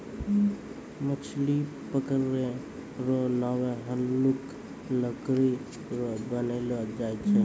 मछली पकड़ै रो नांव हल्लुक लकड़ी रो बनैलो जाय छै